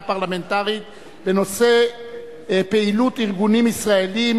פרלמנטרית בנושא: פעילות ארגונים ישראליים